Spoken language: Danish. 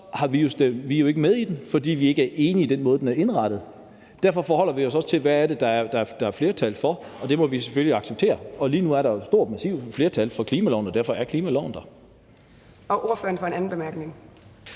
er vi jo ikke med i den, fordi vi ikke er enige i den måde, den er indrettet på. Derfor forholder vi os også til, hvad der er flertal for, og det må vi selvfølgelig acceptere. Og lige nu er der jo et stort, massivt flertal for klimaloven, og derfor er klimaloven der. Kl. 17:14 Fjerde næstformand